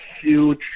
huge